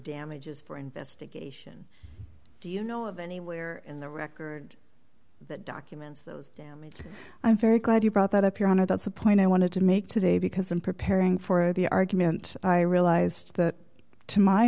damages for investigation do you know of anywhere in the record that documents those damages i'm very glad you brought that up your honor that's the point i wanted to make today because i'm preparing for the argument i realized that to my